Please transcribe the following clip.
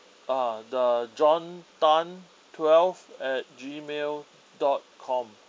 uh the john tan twelve at Gmail dot com